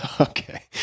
Okay